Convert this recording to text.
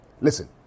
Listen